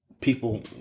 people